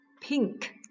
pink